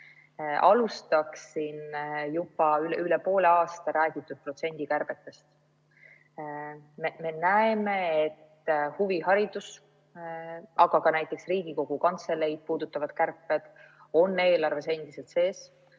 Alustaks juba üle poole aasta räägitud protsendikärbetest. Me näeme, et huviharidust, aga ka näiteks Riigikogu Kantseleid puudutavad kärped on eelarves endiselt sees.